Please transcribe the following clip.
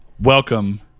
Welcome